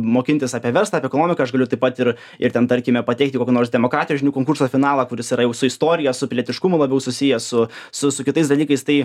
mokintis apie verslą apie ekonomiką aš galiu taip pat ir ir ten tarkime patekt į kokių nors demokratijos žinių konkurso finalą kuris yra jau su istorija su pilietiškumu labiau susijęs su su su kitais dalykais tai